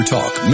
Talk